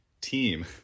team